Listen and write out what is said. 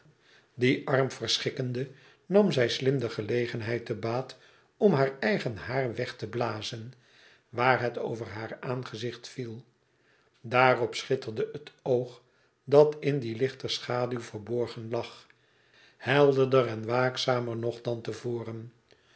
die arm verschikkende nam zij slim de gelegenheid te baat om haar eigen haar weg te blazen waar het over haar aangezicht viel daarop schitterde het oog dat in die lichter schaduw verborgen lag helderder en waakzamer nog dan te voren